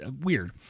weird